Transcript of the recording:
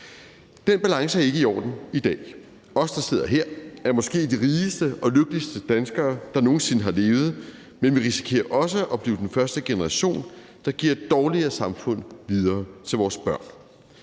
Den balance er ikke i orden i dag. Os, der sidder her, er måske de rigeste og lykkeligste danskere, der nogen sinde har levet, men vi risikerer også at blive den første generation, der giver et dårligere samfund videre til vores børn.